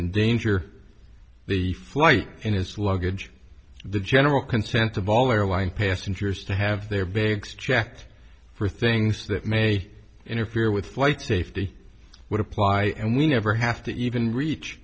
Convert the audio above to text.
in danger the flight in his luggage the general consent of all airline passengers to have their bags checked for things that may interfere with flight safety would apply and we never have to even reach